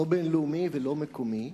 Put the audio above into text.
בין-לאומי או מקומי,